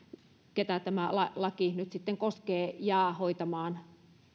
ketä tämä laki nyt sitten koskee jää hoitamaan